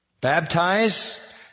baptize